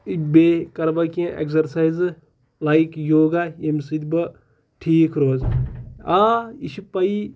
بیٚیہِ کَرٕ بہٕ کیٚنٛہہ اٮ۪کزَرسایزٕ لایک یوگا ییٚمہِ سۭتۍ بہٕ ٹھیٖک روزٕ آ یہِ چھِ پَیی